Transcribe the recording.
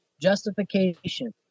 justification